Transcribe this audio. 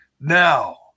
Now